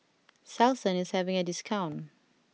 Selsun is having a discount